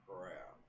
crap